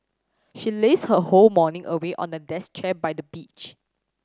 she lazed her whole morning away on the desk chair by the beach